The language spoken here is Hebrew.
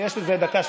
ויש איזה דקה,